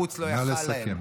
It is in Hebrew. נא לסכם.